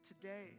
today